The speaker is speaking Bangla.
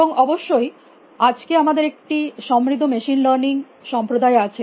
এবং অবশ্যই আজকে আমাদের একটি সমৃদ্ধ মেশিন লার্নিং সম্প্রদায় আছে